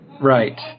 Right